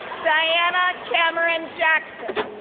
diana cameron jackson,